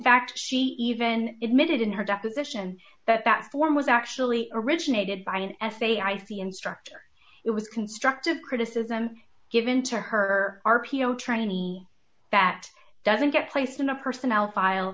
fact she even admitted in her deposition that that form was actually originated by an f a a i c instructor it was constructive criticism given to her r p o trainee that doesn't get placed in the personnel file